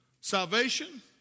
Salvation